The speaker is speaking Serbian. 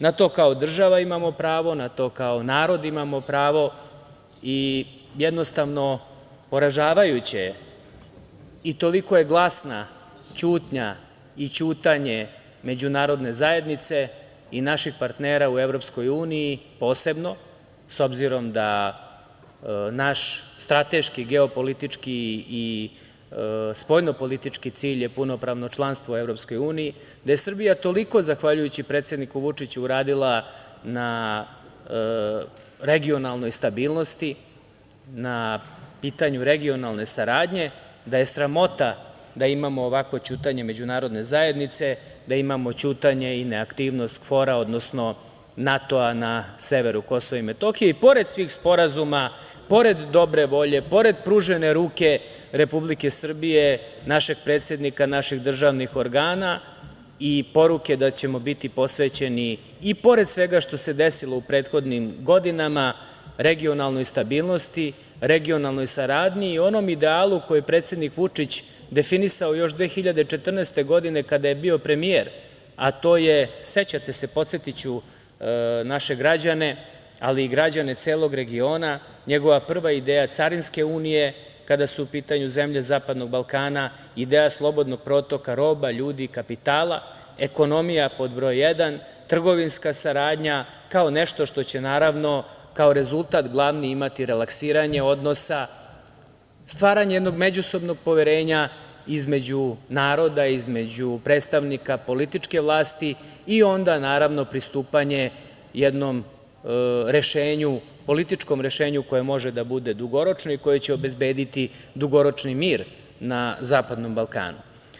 Na to kao država imamo pravo, na to kao narod imamo pravo i jednostavno poražavajuće je i toliko je glasna ćutnja i ćutanje Međunarodne zajednice i naših partnera u EU, posebno, obzirom da naš strateški, geopolitički i spoljno politički cilj je punopravno članstvo u EU, da je Srbija toliko zahvaljujući predsedniku Vučiću uradila na regionalnoj stabilnosti, na pitanju regionalne saradnje da je sramota da imamo ovakvo ćutanje Međunarodne zajednice, da imamo ćutanje i na aktivnost KFOR-a, odnosno NATO na severu KiM i pored svih sporazuma, pored dobre volje, pored pružene ruke Republike Srbije, našeg predsednika, naših državnih organa i poruke da ćemo biti posvećeni i pored svega što se desilo u prethodnim godinama, regionalnoj stabilnosti, regionalnoj saradnji i onom idealu koji je predsednik Vučić definisao 2014. godine kada je bio premijer, podsetiću naše građane, ali i građane celog regiona, njegova prva ideja carinske unije kada su u pitanju zemlje zapadnog Balkana, ideja slobodnog protoka roba, ljudi, kapitala, ekonomija pod broj jedan, trgovinska saradnja kao nešto što kao rezultat glavni imati relaksiranje odnosa, stvaranje jednog međusobnog poverenja između naroda, između predstavnika političke vlasti i onda pristupanje jednom političkom rešenju koje može da bude dugoročno i koje će obezbediti dugoročni mir na zapadnom Balkanu.